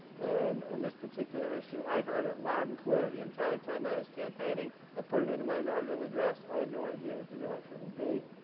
and on this particular issue, i heard it loud and clear the entire time i was campaigning. i put it into my inaugural address, i had no idea what the reaction would be.